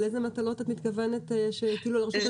לאיזה מטלות את מתכוונת שהטילו על רשות מקומית חוץ מלפתוח חשבון נפרד?